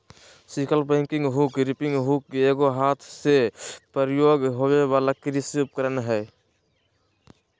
sickle bagging hook, reaping hook एगो हाथ से प्रयोग होबे वला कृषि उपकरण हइ